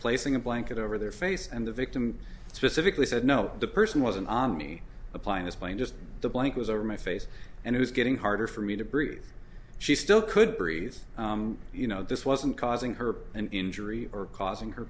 placing a blanket over their face and the victim specifically said no the person was an omni applying his plane just the blank was or my face and it was getting harder for me to prove she still could breathe you know this wasn't causing her an injury or causing her